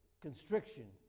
constriction